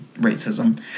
racism